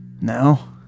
No